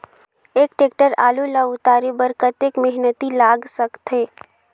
एक टेक्टर आलू ल उतारे बर कतेक मेहनती लाग सकथे?